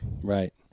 Right